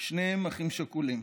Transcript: שניהם אחים שכולים